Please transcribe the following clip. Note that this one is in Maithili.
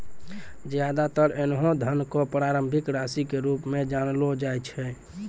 ज्यादातर ऐन्हों धन क प्रारंभिक राशि के रूप म जानलो जाय छै